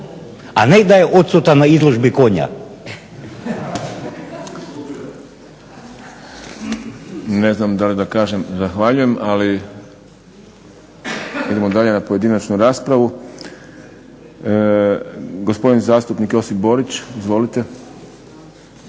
a ne da je odsutan na izložbi konja.